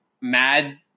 mad